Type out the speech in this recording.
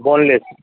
bone لیس